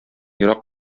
ерак